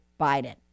Biden